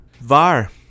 Var